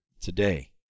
today